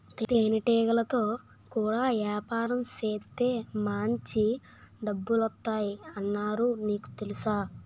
తేనెటీగలతో కూడా యాపారం సేత్తే మాంచి డబ్బులొత్తాయ్ అన్నారు నీకు తెలుసా?